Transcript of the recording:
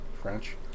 French